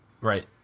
Right